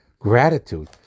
Gratitude